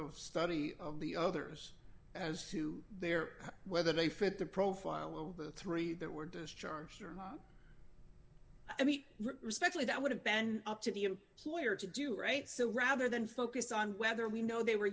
of study of the others as to their whether they fit the profile of the three that were discharged i mean respectfully that would have been up to the employer to do right so rather than focus on whether we know they were